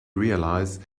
realized